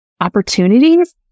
opportunities